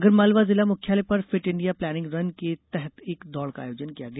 आगरमालवा जिला मुख्यालय पर फिट इंडिया प्लानिंग रन के तहत एक दौड का आयोजन किया गया